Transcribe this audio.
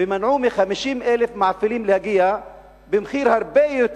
ומנעו מ-50,000 מעפילים להגיע במחיר הרבה יותר